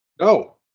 No